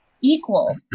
equal